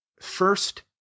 first